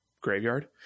graveyard